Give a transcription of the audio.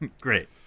great